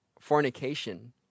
fornication